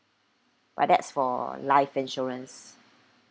but that's for life insurance